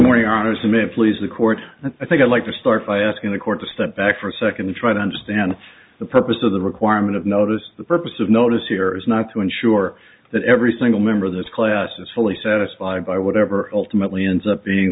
please the court i think i'd like to start by asking the court to step back for a second try to understand the purpose of the requirement of notice the purpose of notice here is not to ensure that every single member of this class is fully satisfied by whatever ultimately ends up being